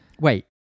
Wait